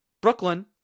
Brooklyn